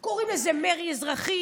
הם קוראים לזה מרי אזרחי,